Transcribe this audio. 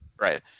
Right